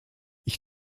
ich